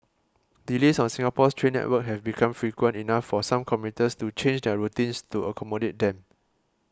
delays on Singapore's train network have become frequent enough for some commuters to change their routines to accommodate them